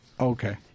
Okay